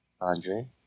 Andre